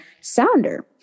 Sounder